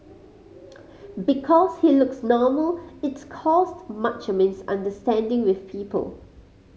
because he looks normal it's caused much misunderstanding with people